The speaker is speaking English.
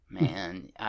Man